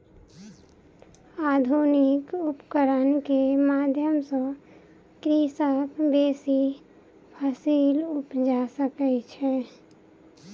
आधुनिक उपकरण के माध्यम सॅ कृषक बेसी फसील उपजा सकै छै